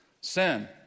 sin